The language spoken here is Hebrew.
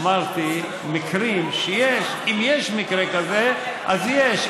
אמרתי שאם יש מקרה כזה, אז יש.